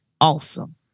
awesome